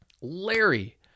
Larry